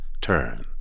turn